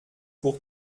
pour